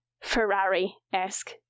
Ferrari-esque